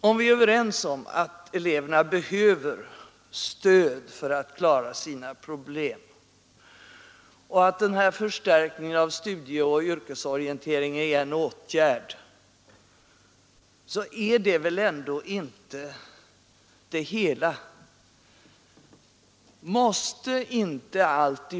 Om vi är överens om att eleverna behöver stöd för att klara sina problem och att förstärkningen av studieoch yrkesorienteringen är en åtgärd i detta syfte, så är det väl ändå inte allt.